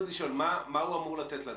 מה הוא אמור לתת לנו?